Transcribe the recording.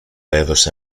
έδωσε